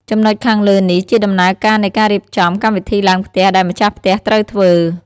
ចំណុចខាងលើនេះ ជាដំណើរការនៃការរៀបចំ កម្មវិធីឡើងផ្ទះដែលម្ចាស់ផ្ទះត្រូវធ្វើ។